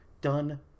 Done